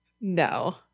No